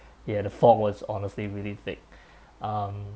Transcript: ya the fog was honestly really thick um